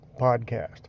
podcast